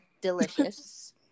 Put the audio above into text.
delicious